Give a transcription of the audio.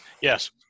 Yes